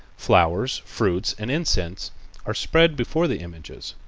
flowers, fruits and incense are spread before the images.